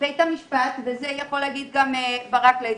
בית המשפט, ואת זה יכול להגיד גם ברק לייזר,